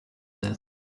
that